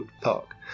Park